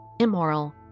immoral